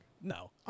No